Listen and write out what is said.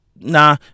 nah